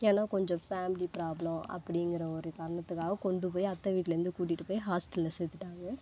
ஏன்னா கொஞ்சம் family problem அப்படிங்குற ஒரு காரணத்துக்காக கொண்டு போய் அத்தை வீட்லேந்து கூட்டிகிட்டு போய் ஹாஸ்ட்டலில் சேர்த்துட்டாங்க